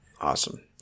Awesome